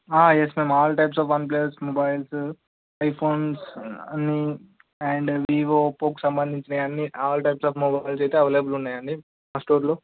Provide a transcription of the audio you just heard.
yes ma'am all types of OnePlus mobiles iPhones అన్నీ and Vivo Oppo సంబంధించిన అన్నీ all types of mobiles అయితే available ఉన్నాయి అండి మా స్టోర్లో